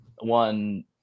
one